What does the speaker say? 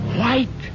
white